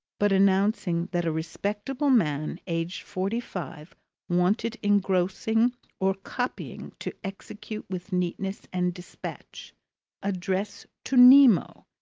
but announcing that a respectable man aged forty-five wanted engrossing or copying to execute with neatness and dispatch address to nemo,